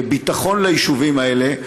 לביטחון היישובים האלה,